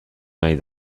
nahi